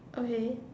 okay